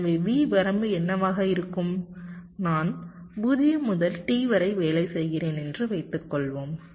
எனவே V வரம்பு என்னவாக இருக்கும் நான் 0 முதல் T வரை வேலை செய்கிறேன் என்று வைத்துக்கொள்வோம்